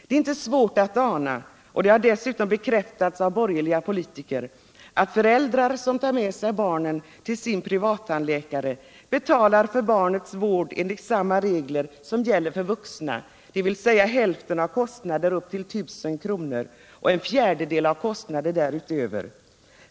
Det är inte svårt att ana, och det har dessutom bekräftats av borgerliga politiker, att föräldrar som tar med sig barnen till sin privattandläkare betalar för barnets vård enligt samma regler som gäller för vuxna, dvs. hälften av kostnader upp till I 000 kr. och en fjärdedel av kostnader därutöver.